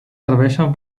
serveixen